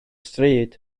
stryd